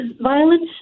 Violence